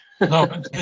No